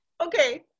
okay